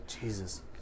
Jesus